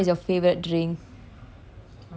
like any drink can